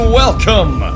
welcome